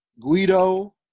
Guido